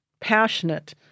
passionate